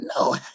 No